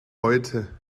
heute